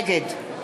נגד